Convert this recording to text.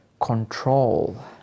control